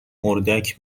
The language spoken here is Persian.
اردک